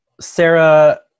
sarah